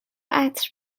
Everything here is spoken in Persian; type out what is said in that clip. عطر